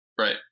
right